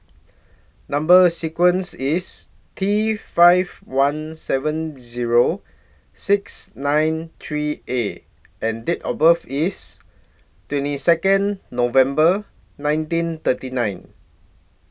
Number sequence IS T five one seven Zero six nine three A and Date of birth IS twenty Second November nineteen thirty nine